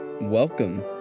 Welcome